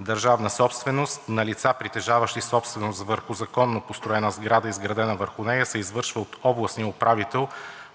държавна помощ, на лица, притежаващи собственост върху законно построена сграда, изградена върху нея, се извършва от областния управител